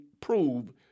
prove